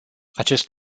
acest